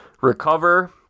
recover